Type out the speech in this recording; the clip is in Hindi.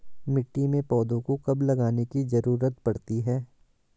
मिट्टी में पौधों को कब लगाने की ज़रूरत पड़ती है?